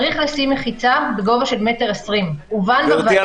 צריך לשים מחיצה בגובה של 1.20 מטר --- גברתי,